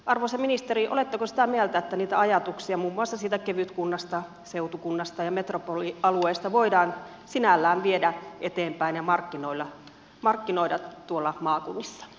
arvoisa ministeri oletteko sitä mieltä että niitä ajatuksia muun muassa kevytkunnasta seutukunnasta ja metropolialueesta voidaan sinällään viedä eteenpäin ja markkinoida maakunnissa